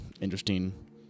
interesting